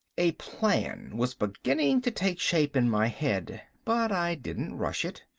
a plan was beginning to take shape in my head, but i didn't rush it.